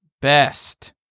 best